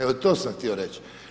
Evo to sam htio reć.